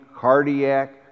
cardiac